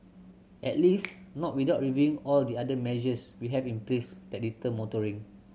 at least not without reviewing all the other measures we have in place that deter motoring